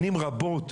שנים רבות.